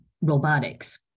robotics